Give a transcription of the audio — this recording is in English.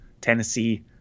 Tennessee